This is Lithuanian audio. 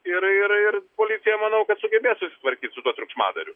ir ir ir policija manau kad sugebės susitvarkyt su tuo triukšmadariu